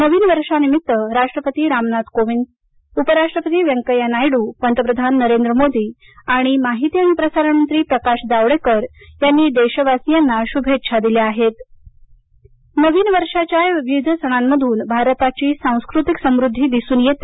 नवीन वर्षांनिमित्त राष्ट्रपती रामनाथ कोविंद उपराष्ट्रपती व्यंकय्या नायडू पंतप्रधान नरेंद्र मोदी आणि माहिती आणि प्रसारण मंत्री प्रकाश जावडेकर यांनी देशवासियांना शुभेच्छा दिल्या आहेतनवीन वर्षाच्या या विविध सणांमधून भारताची सांस्कृतिक समृद्वी दिसून येते